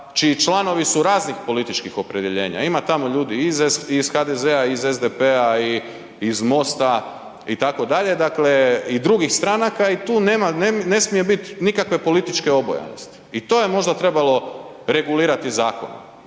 čiji članovi su raznih političkih opredjeljenja, ima tamo ljudi iz HDZ-a, iz SDP-a, iz MOST-a itd., dakle i drugih stranaka i ne tu ne smije biti nikakve političke obojanosti i to je možda trebalo regulirati zakonom